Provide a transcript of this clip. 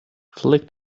flick